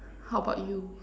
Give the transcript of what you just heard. how about you